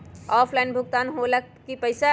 Offline भुगतान हो ला कि पईसा?